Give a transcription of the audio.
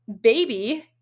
baby